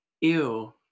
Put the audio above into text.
ew